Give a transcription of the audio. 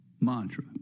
mantra